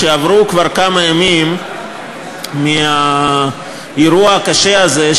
כשעברו כמה ימים מהאירוע הקשה הזה,